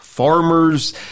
farmers